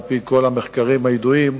על-פי כל המחקרים הידועים,